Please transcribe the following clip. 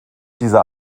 dieser